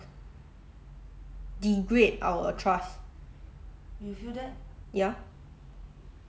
degrade our trust ya